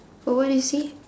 oh where is he